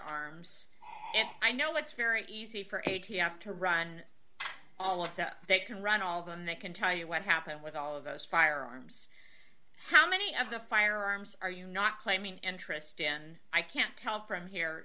firearms i know it's very easy for a t f to run all of that they can run all of them they can tell you what happened with all of those firearms how many of the firearms are you not claiming interest in i can't tell from here